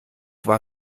war